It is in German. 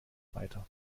weiter